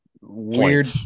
weird